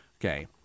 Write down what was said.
Okay